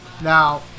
now